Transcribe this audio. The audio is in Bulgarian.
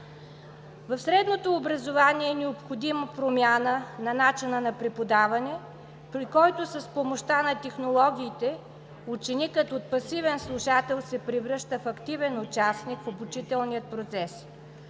В средното образование е необходима промяна на начина на преподаване, при който с помощта на технологиите ученикът от пасивен слушател се превръща в активен участник в обучителния процес.